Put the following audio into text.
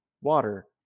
water